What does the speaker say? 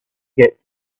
get